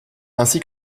ainsi